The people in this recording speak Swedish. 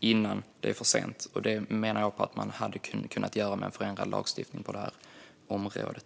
innan det är för sent. Det, menar jag, hade man kunnat göra med en förändrad lagstiftning på det här området.